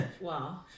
Wow